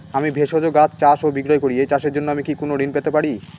আমি ভেষজ গাছ চাষ ও বিক্রয় করি এই চাষের জন্য আমি কি কোন ঋণ পেতে পারি?